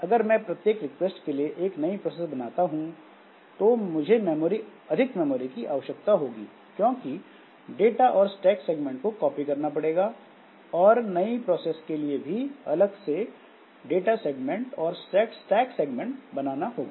अगर मैं प्रत्येक रिक्वेस्ट के लिए नयी प्रोसेस बनाता हूँ तो मुझे अधिक मेमोरी की आवश्यकता होगी क्योंकि डाटा और स्टैक सेगमेंट को कॉपी करना पड़ेगा और नई प्रोसेस के लिए भी अलग से डाटा सेगमेंट और स्टैक सेगमेंट बनाना होगा